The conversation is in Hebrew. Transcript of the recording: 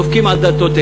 ולדעתי צריך אחת מהשתיים